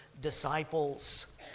disciples